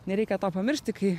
nereikia to pamiršti kai